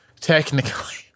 technically